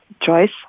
Joyce